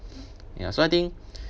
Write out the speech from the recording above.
ya so I think